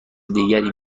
دیگری